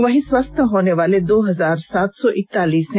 वहीं स्वस्थ होनेवाले दो हजार सात सौ इकतालीस है